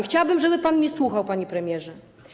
Chciałabym, żeby pan mnie słuchał, panie premierze.